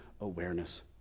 awareness